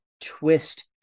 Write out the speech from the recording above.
twist